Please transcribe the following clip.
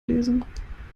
lesen